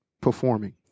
performing